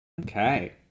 Okay